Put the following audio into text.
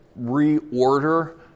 reorder